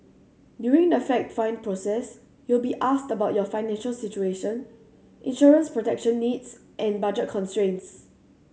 during the fact find process you will be asked about your financial situation insurance protection needs and budget constraints